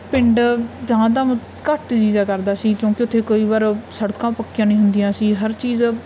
ਪਿੰਡ ਜਾਣ ਦਾ ਘੱਟ ਜੀਅ ਜਿਹਾ ਕਰਦਾ ਸੀ ਕਿਉਂਕਿ ਉੱਥੇ ਕਈ ਵਾਰ ਸੜਕਾਂ ਪੱਕੀਆਂ ਨਹੀਂ ਹੁੰਦੀਆਂ ਸੀ ਹਰ ਚੀਜ਼